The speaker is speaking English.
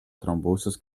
thrombosis